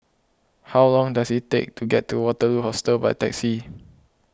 how long does it take to get to Waterloo Hostel by taxi